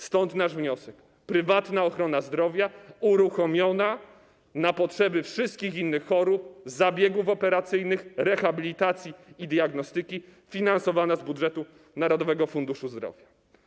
Stąd nasz wniosek: prywatna ochrona zdrowia powinna zostać uruchomiona na potrzeby leczenia wszystkich innych chorób, zabiegów operacyjnych, rehabilitacji i diagnostyki oraz finansowana z budżetu Narodowego Funduszu Zdrowia.